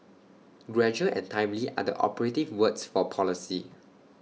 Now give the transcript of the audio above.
gradual and timely are the operative words for policy